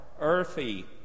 earthy